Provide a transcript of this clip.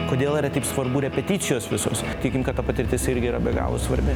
kodėl yra taip svarbu repeticijos visos tikim kad ta patirtis irgi yra be galo svarbi